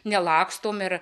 nelakstome ir